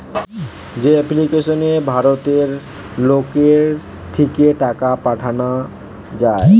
যে এপ্লিকেশনে ভারতের লোকের থিকে টাকা পাঠানা যায়